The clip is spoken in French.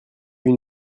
une